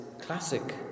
classic